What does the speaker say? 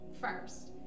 first